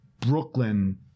Brooklyn